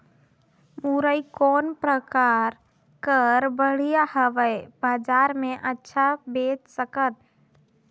मुरई कौन प्रकार कर बढ़िया हवय? बजार मे अच्छा बेच सकन